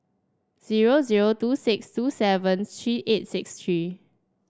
zero zero two six two seven three eight six three